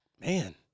man